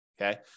Okay